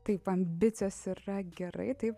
taip ambicijos yra gerai taip